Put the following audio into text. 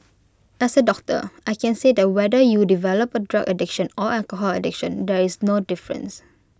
as A doctor I can say that whether you develop A drug addiction or alcohol addiction there is no difference